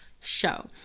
show